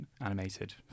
animated